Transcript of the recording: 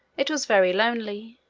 it was very lonely.